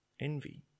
envy